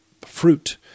fruit